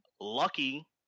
lucky